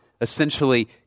essentially